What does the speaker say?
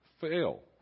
fail